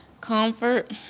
Comfort